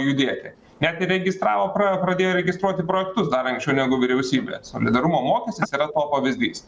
judėti netgi registravo pra pradėjo registruoti projektus dar anksčiau negu vyriausybė solidarumo mokestis yra to pavyzdys